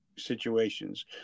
Situations